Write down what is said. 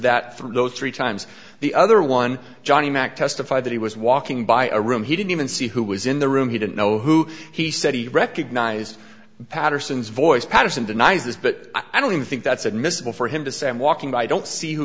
through those three times the other one johnny mack testified that he was walking by a room he didn't even see who was in the room he didn't know who he said he recognized patterson's voice patterson denies this but i don't think that's admissible for him to say i'm walking by i don't see who